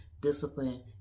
discipline